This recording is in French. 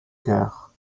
cœurs